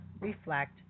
reflect